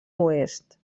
oest